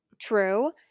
true